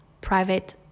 private